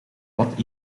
wat